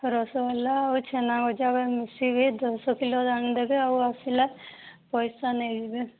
ରସଗୋଲା ଆଉ ଛେନା ଗଜା ମିଶିକି ଦଶ କିଲୋ ଆଣିଦେବେ ଆଉ ଆସିଲେ ପଇସା ନେଇଯିବେ